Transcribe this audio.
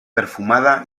perfumada